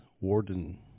Warden